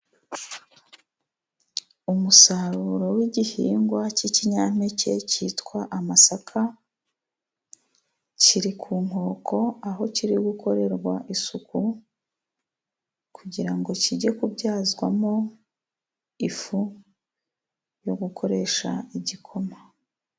Umusaruro w'igihingwa cy'ikinyampeke cyitwa amasaka, kiri ku nkoko aho kiri gukorerwa isuku, kugira ngo kijye kubyazwamo ifu yo gukoresha igikoma.